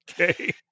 Okay